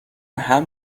حمل